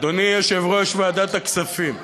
אדוני יושב-ראש ועדת הכספים.